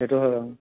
সেইটো হয়